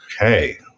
Okay